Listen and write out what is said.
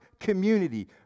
Community